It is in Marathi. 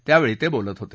त्यावेळी ते बोलत होते